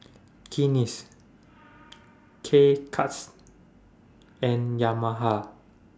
Guinness K Cuts and Yamaha